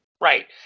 right